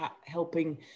helping